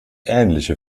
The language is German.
ähnliche